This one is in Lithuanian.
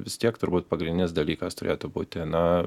vis tiek turbūt pagrindinis dalykas turėtų būti na